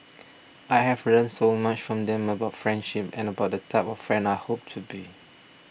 I have learnt so much from them about friendship and about the type of friend I hope to be